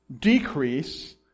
decrease